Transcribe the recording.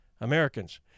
Americans